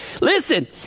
Listen